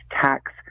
tax